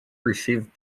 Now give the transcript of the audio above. received